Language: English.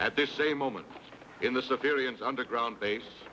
at this same moment in the civilians underground base